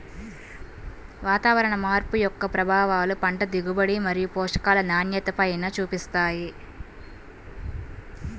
వాతావరణ మార్పు యొక్క ప్రభావాలు పంట దిగుబడి మరియు పోషకాల నాణ్యతపైన చూపిస్తాయి